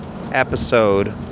episode